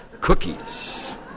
cookies